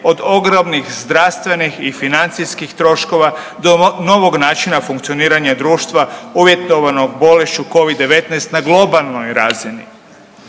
od ogromnih zdravstvenih i financijskih troškova do novog načina funkcioniranja društva uvjetovanog bolešću Covid-19 na globalnoj razini.